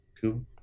cool